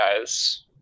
guys